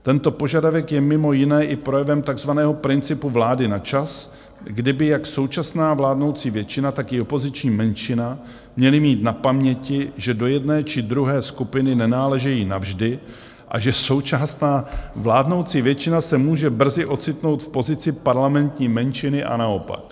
Tento požadavek je mimo jiné i projevem takzvaného principu vlády na čas, kdy by jak současná vládnoucí většina, tak i opoziční menšina měly mít na paměti, že do jedné či druhé skupiny nenáležejí navždy a že současná vládnoucí většina se může brzy ocitnout v pozici parlamentní menšiny a naopak.